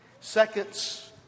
Seconds